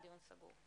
הישיבה נעולה.